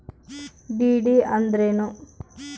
DD ಅಂದ್ರೇನು?